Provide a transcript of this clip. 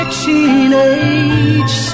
teenage